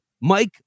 mike